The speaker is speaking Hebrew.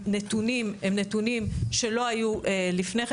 והנתונים הם נתונים שלא היו לפני כן.